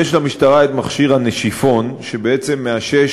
יש למשטרה את מכשיר ה"נשיפון," שמאשש